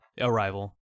arrival